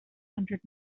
hundred